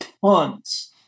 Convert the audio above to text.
tons